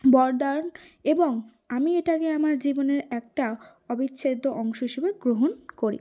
বরদান এবং আমি এটাকে আমার জীবনের একটা অবিচ্ছেদ্য অংশ হিসেবে গ্রহণ করি